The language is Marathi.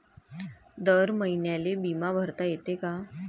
दर महिन्याले बिमा भरता येते का?